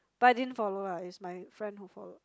but I didn't follow ah it's my friend who followed